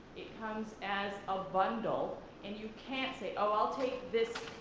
it comes as a bundle and you can't say, oh, i'll take this,